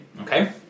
Okay